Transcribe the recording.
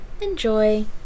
Enjoy